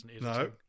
No